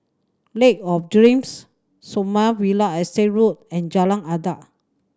Lake of Dreams Sommerville Estate Road and Jalan Adat